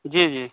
जी जी